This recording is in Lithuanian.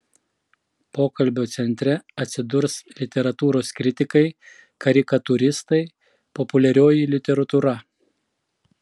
pokalbio centre atsidurs literatūros kritikai karikatūristai populiarioji literatūra